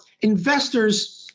investors